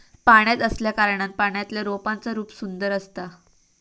पाण्यात असल्याकारणान पाण्यातल्या रोपांचा रूप सुंदर असता